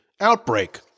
outbreak